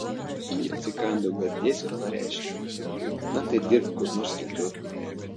ji atsikando gardėsio ir pareiškė na tai dirbk kur nors kitur